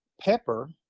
Pepper